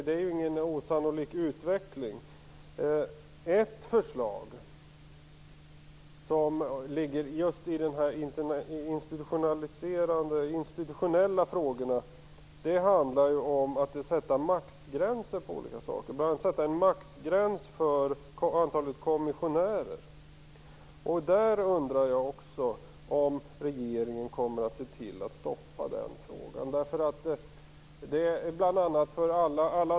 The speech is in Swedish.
Det är ingen osannolik utveckling. Ett förslag som gäller just de institutionella frågorna handlar om att sätta maxgränser bl.a. för antalet kommissionärer. Jag undrar om regeringen kommer att se till att den frågan stoppas.